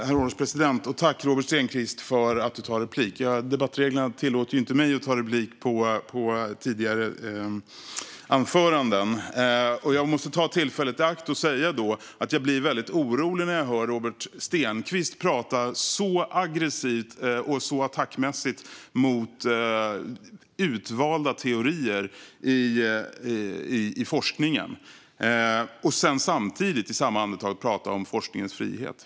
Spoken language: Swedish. Herr ålderspresident! Tack, Robert Stenkvist, för att du begär replik! Debattreglerna tillåter ju inte mig att begära replik på tidigare anföranden. Jag måste ta tillfället i akt och säga att jag blir väldigt orolig när jag hör Robert Stenkvist prata så aggressivt och så attackmässigt mot utvalda teorier i forskningen och samtidigt, i samma andetag, prata om forskningens frihet.